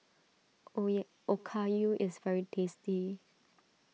O ye Okayu is very tasty